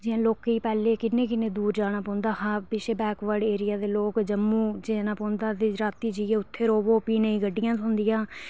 जि'यां लोकें गी पैहले किन्नी किन्नी दूर जाना पौंदा हा पिच्छे बैकवर्ड एरिया दे लोक जम्मू जाना पौंदा ते रातीं जाइये उत्थै रवो फ्ही इ'नेंगी गड्डियां नी थ्होंदियां